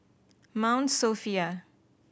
Mount Sophia